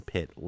Pit